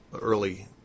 early